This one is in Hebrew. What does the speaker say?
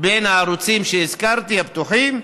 בין הערוצים שהזכרתי, הפתוחים,